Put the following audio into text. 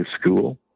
school